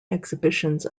exhibitions